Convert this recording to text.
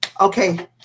Okay